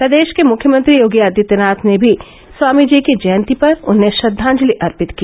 प्रदेश के मुख्यमंत्री योगी आदित्यनाथ ने भी स्वामी जी की जयंती पर उन्हे श्रद्वांजलि अर्पित की